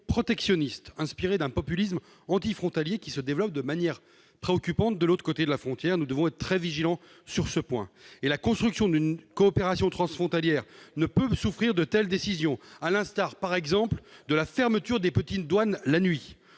protectionniste inspirée par un populisme anti-frontalier qui se développe de manière préoccupante du côté suisse de la frontière. Nous devons être très vigilants sur ce point. La construction d'une coopération transfrontalière ne peut pas souffrir de telles décisions, à l'instar de la fermeture des petites douanes la nuit.